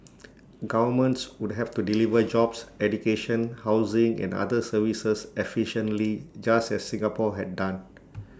governments would have to deliver jobs education housing and other services efficiently just as Singapore had done